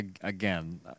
again